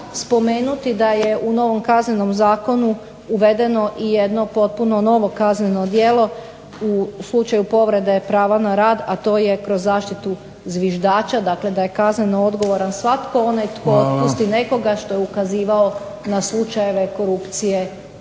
spomenuti da je u novom Kaznenom zakonu uvedeno i jedno potpuno novo kazneno djelo u slučaju povrede prava na rad, a to je kroz zaštitu zviždača, dakle da je kazneno odgovoran svatko onaj… **Bebić, Luka (HDZ)** Hvala. **Lovrin,